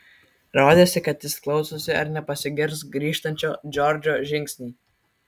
rodėsi kad jis klausosi ar nepasigirs grįžtančio džordžo žingsniai